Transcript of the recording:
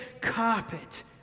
carpet